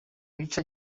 wica